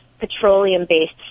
petroleum-based